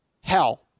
Hell